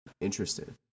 interested